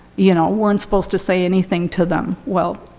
you know, weren't supposed to say anything to them. well,